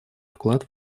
вклад